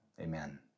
Amen